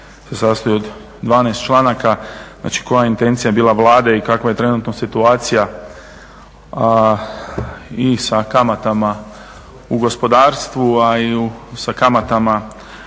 zakon se sastoji od 12 članaka, znači koja je intencija bila Vlade i kakva je trenutno situacija i sa kamatama u gospodarstvu, a i sa kamatama